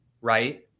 right